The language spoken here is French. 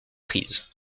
prise